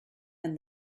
and